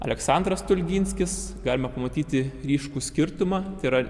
aleksandras stulginskis galima pamatyti ryškų skirtumą tai yra